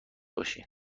باشی